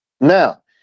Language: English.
Now